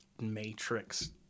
Matrix